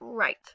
Right